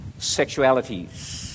sexualities